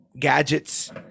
gadgets